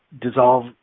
dissolve